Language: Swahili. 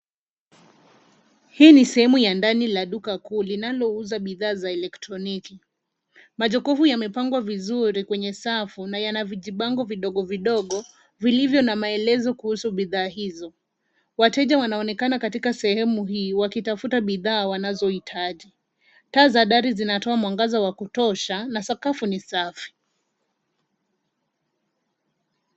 Hii ni sehemu ya ndani la duka kuu linalouza bidhaa za elektroniki. Majokofu yamepangwa vizuri kwenye safu na yana vijibango vidogo vidogo vilivyo na maelezo kuhusu bidhaa hizo. Wateja wanaonekana katika sehemu hii wakitafuta bidhaa wanazohitaji. Taa za dari zinatoa mwangaza wa kutosha na sakafu ni safi.